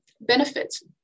benefits